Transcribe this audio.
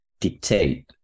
dictate